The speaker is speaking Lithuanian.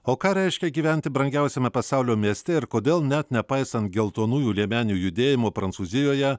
o ką reiškia gyventi brangiausiame pasaulio mieste ir kodėl net nepaisant geltonųjų liemenių judėjimo prancūzijoje